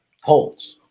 holds